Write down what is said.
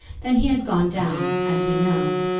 then he had gone down, as we know,